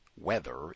weather